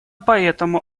поэтому